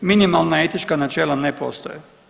Minimalna etička načela ne postoje.